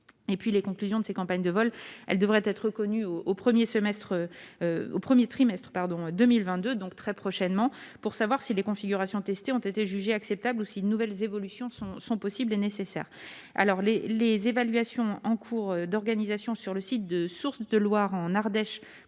les conclusions de ces campagnes de vol, elle devrait être connu au au 1er semestre au 1er trimestres pardon 2022, donc très prochainement pour savoir si les configurations testées ont été jugées acceptables ou si de nouvelles évolutions sont possibles et nécessaires, alors les les évaluations en cours d'organisation sur le site de sources de Loire en Ardèche